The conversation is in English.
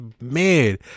man